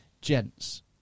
gents